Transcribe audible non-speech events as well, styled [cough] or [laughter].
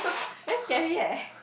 [laughs] very scary eh